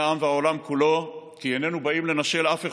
העם והעולם כולו כי איננו באים לנשל אף אחד,